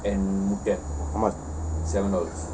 how much